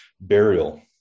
burial